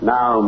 Now